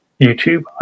YouTube